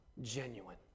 Genuine